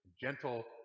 gentle